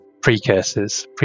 precursors